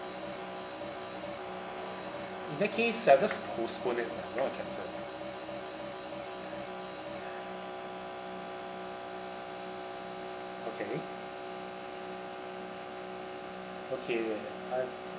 in that case I'll just postpone it I don't want to cancel okay okay I